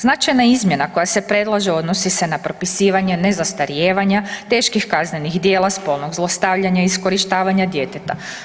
Značajna izmjena koja se predlaže, odnosi se na propisivanje nezastarijevanja teških kaznenih djela spolnog zlostavljanja i iskorištavanja djeteta.